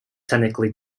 technically